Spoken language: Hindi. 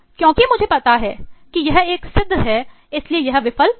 क्योंकि मुझे पता है कि यह एक सिद्ध है इसलिए यह विफल नहीं होगा